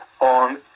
on